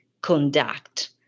conduct